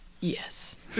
yes